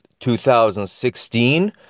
2016